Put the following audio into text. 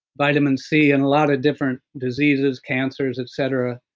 vitamin c, and a lot of different diseases, cancers, et cetera,